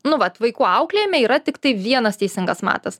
nu vat vaikų auklėjime yra tiktai vienas teisingas matas